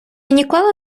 ніколи